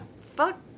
fuck